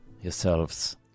yourselves